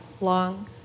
long